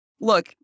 look